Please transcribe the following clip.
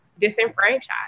disenfranchised